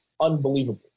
Unbelievable